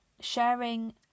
sharing